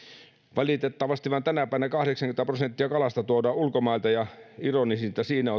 valitettavasti vaan tänäpänä kahdeksankymmentä prosenttia kalasta tuodaan ulkomailta ja ironisinta siinä